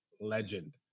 legend